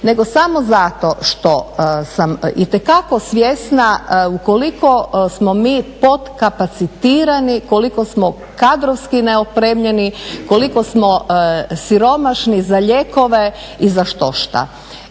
nego samo zato što sam itekako svjesna ukoliko smo mi potkapacitirani koliko smo kadrovski neopremljeni, koliko smo siromašni za lijekove i za štošta.